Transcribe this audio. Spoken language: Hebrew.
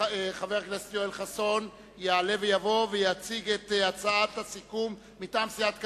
חבר הכנסת יואל חסון יעלה ויבוא ויציג את הצעת הסיכום מטעם סיעת קדימה.